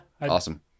Awesome